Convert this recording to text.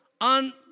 on